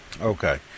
Okay